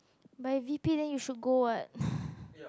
by V_P then you should go [what]